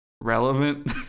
relevant